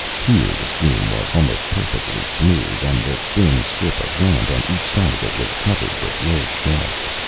here the stream was almost perfectly smooth, and the thin strip of land on each side of it was covered with low shrubs.